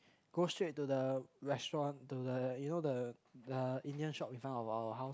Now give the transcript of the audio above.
go straight to the restaurant to the you know the the Indian shop in front of our house